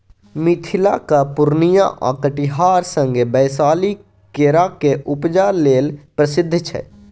मिथिलाक पुर्णियाँ आ कटिहार संगे बैशाली केराक उपजा लेल प्रसिद्ध छै